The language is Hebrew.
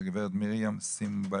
הגברת מרים סימבליסטה.